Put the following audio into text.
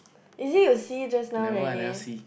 is it you see just now already